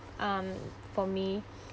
um for me